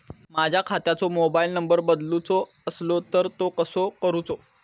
माझ्या खात्याचो mobile number बदलुचो असलो तर तो कसो करूचो?